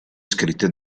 scritte